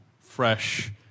fresh